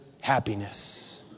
happiness